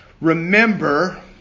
Remember